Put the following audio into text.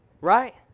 Right